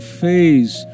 face